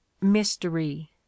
mystery